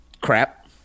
Crap